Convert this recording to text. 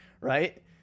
right